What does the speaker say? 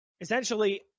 Essentially